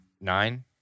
Nine